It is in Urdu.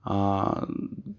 ہاں